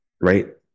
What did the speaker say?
right